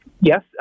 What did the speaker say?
Yes